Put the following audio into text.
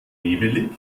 nebelig